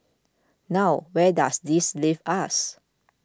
now where does this leave us